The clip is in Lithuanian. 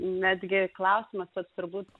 netgi klausimas pats turbūt